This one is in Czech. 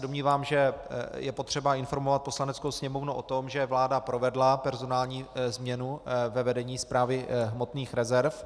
Domnívám se, že je potřeba informovat Poslaneckou sněmovnu o tom, že vláda provedla personální změnu ve vedení Správy hmotných rezerv.